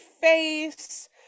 face